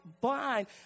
blind